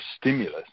stimulus